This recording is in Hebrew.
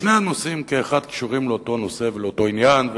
שני הנושאים כאחד קשורים לאותו נושא ולאותו עניין,